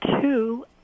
two